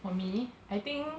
for me I think